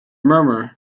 murmur